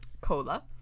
cola